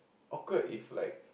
awkward if like